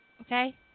okay